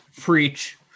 preach